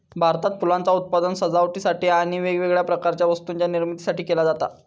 भारतात फुलांचा उत्पादन सजावटीसाठी आणि वेगवेगळ्या प्रकारच्या वस्तूंच्या निर्मितीसाठी केला जाता